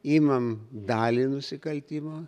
imam dalį nusikaltimo